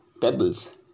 pebbles